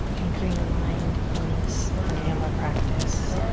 anchoring the mind in this pranayama practice.